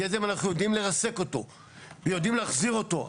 גזם, אנחנו יודעים לרסק אותו ויודעים להחזיר אותו.